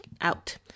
Out